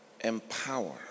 Empower